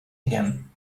again